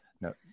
no